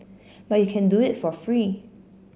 but you can do it for free